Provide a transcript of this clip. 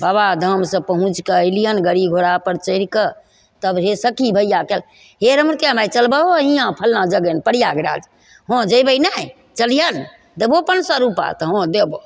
बाबाधामसे पहुँचिके अएलिअनि गाड़ी घोड़ापर चढ़िके तब हे सखी भइआ हे रमरतिआ माइ चलबहो हिआँ फल्लाँ जगह प्रयागराज हँ जएबै नहि चलिए हँ नहि देबहो पाँच सओ रुपा तऽ हँ देबऽ